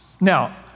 Now